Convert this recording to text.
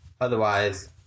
Otherwise